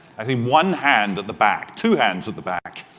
i think one hand at the back, two hands at the back.